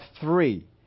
three